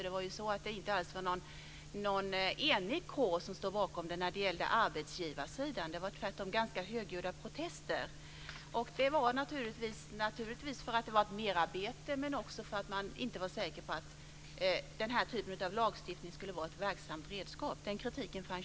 Det var inte någon enighet bakom den lagen på arbetsgivarsidan utan det var tvärtom ganska högljudda protester. Det berodde naturligtvis på att den innebar ett merarbete men också på att man inte var säker på att den här typen av lagstiftning skulle vara ett verksamt redskap. Också den kritiken förekom.